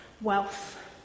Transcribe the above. wealth